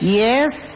yes